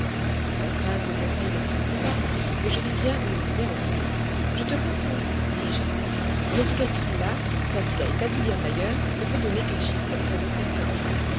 la phrase de conseil n'en finissait pas mais je vis bien où il voulait en venir je te comprends dis-je mais ce calcul là facile à établir d'ailleurs ne peut donner qu'un chiffre très incertain